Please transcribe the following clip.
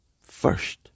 First